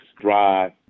drive